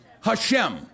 Hashem